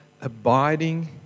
abiding